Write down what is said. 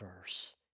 verse